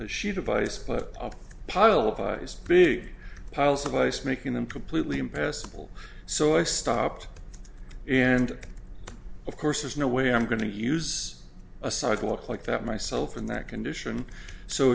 a sheet of ice but a pile of big piles of ice making them completely impassable so i stopped and of course there's no way i'm going to use a sidewalk like that myself in that condition so